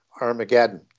Armageddon